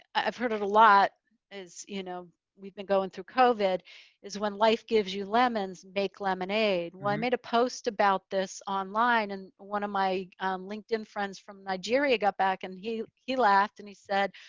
i've heard it a lot as you know we've been going through covid is when life gives you lemons, make lemonade. well, i made a post about this online and one of my linkedin friends from nigeria got back and he, he laughed. and he said,